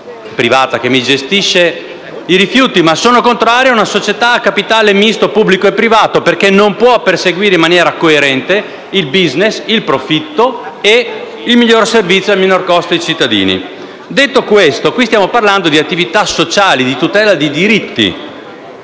che gestisce i rifiuti, ma a una società a capitale misto pubblico e privato, perché non può perseguire in maniera coerente il *business*, il profitto e il miglior servizio al minor costo per i cittadini. Ciò detto, in questo caso stiamo parlando di attività sociali di tutela dei dritti